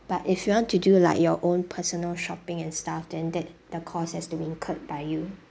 but if you want to do like your own personal shopping and stuff then that the cost has to be incurred by you